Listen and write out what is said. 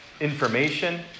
information